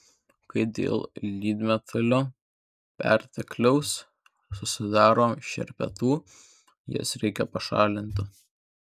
kai dėl lydmetalio pertekliaus susidaro šerpetų jas reikia pašalinti